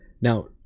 Now